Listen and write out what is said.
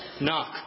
Knock